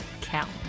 count